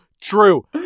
true